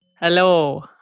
Hello